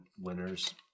winners